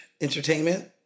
entertainment